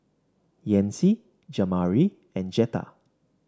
Yancy Jamari and Jetta